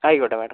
ആയിക്കോട്ടെ മേഡം